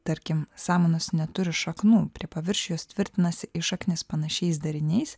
tarkim samanos neturi šaknų prie paviršiaus tvirtinasi į šaknis panašiais dariniais